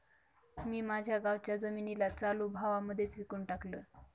मी माझ्या गावाच्या जमिनीला चालू भावा मध्येच विकून टाकलं